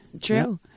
true